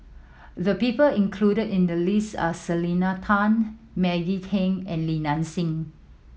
the people included in the list are Selena Tan Maggie Teng and Li Nanxing